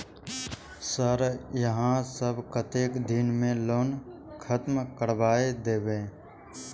Sir यहाँ सब कतेक दिन में लोन खत्म करबाए देबे?